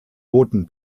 boten